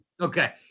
Okay